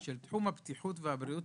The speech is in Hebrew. של תחום הבטיחות והבריאות